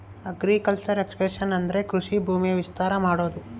agriculture expansion ಅಂದ್ರೆ ಕೃಷಿ ಭೂಮಿನ ವಿಸ್ತಾರ ಮಾಡೋದು